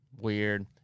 Weird